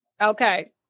Okay